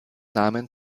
namen